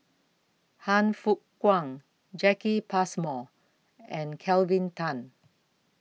Han Fook Kwang Jacki Passmore and Kelvin Tan